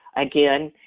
again,